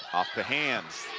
off the hands.